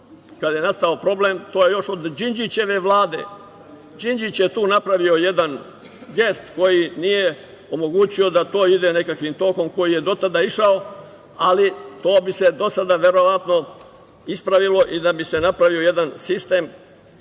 kada je nastao problem, još od Đinđićeve vlade. Đinđić je tu napravio jedan gest koji nije omogućio da to ide nekakvim tokom koji je do tada išao, ali to bi se do sada verovatno ispravilo i da bi se napravio jedan sistem